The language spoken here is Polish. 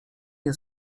nie